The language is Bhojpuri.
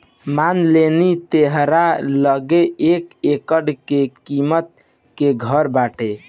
मान लेनी तोहरा लगे एक करोड़ के किमत के घर बाटे